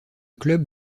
club